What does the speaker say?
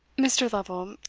mr. lovel,